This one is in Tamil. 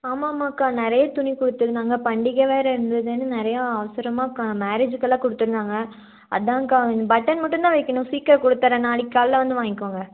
ஆமாமாக்கா நிறைய துணி கொடுத்துருந்தாங்க பண்டிகை வேறு இருந்ததுன்னு நிறையா அவசரமாக்கா மேரேஜுக்கெல்லாம் கொடுத்துருந்தாங்க அதுதான்க்கா பட்டன் மட்டுந்தான் வைக்கணும் சீக்கிரம் கொடுத்தறேன் நாளைக்கு காலைல வந்து வாங்கிக்கோங்க